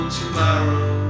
tomorrow